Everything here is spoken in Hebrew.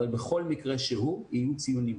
אבל בכל מקרה שהוא יהיו ציונים.